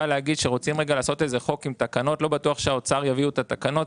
כשרוצים לעשות חוק עם תקנות לא בטוח שהאוצר יביאו את התקנות,